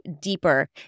deeper